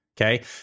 Okay